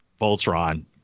Voltron